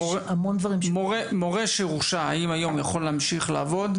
מורה שהורשע, האם היום יכול להמשיך לעבוד?